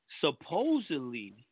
Supposedly